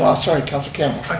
um ah sorry councilor campbell.